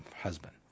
husband